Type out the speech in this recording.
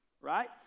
right